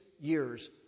years